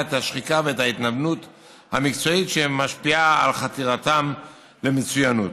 את השחיקה ואת ההתנוונות המקצועית שמשפיעה על חתירתם למצוינות.